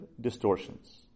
distortions